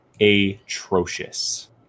atrocious